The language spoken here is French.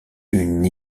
une